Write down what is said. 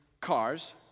cars